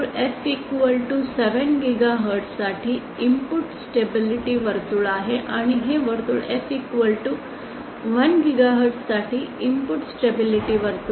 हे वर्तुळ f 7 gigahertz साठी इनपुट स्टेबिलिटी वर्तुळ आहे आणि हे वर्तुळ f 1 गिगाहर्ट्ज साठी इनपुट स्टेबिलिटी वर्तुळ आहे